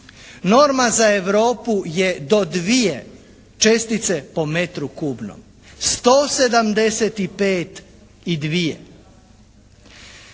Norma za Europu je do 2 čestice po metru kubnom. 175 i dvije.